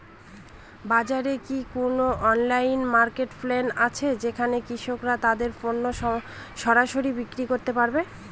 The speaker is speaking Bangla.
বাজারে কি কোন অনলাইন মার্কেটপ্লেস আছে যেখানে কৃষকরা তাদের পণ্য সরাসরি বিক্রি করতে পারে?